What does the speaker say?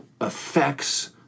affects